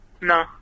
no